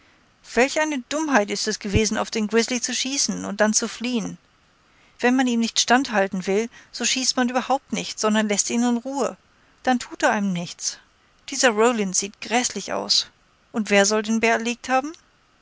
welch eine dummheit ist es gewesen auf den grizzly zu schießen und dann zu fliehen wenn man ihm nicht standhalten will so schießt man überhaupt nicht sondern läßt ihn in ruhe dann tut er einem nichts dieser rollins sieht gräßlich aus und wer soll den bär erlegt haben